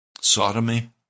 sodomy